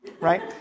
right